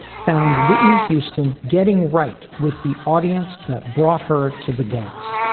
found whitney houston getting right with the audience that brought her to the dance.